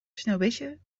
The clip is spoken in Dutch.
sneeuwwitje